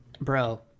Bro